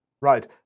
Right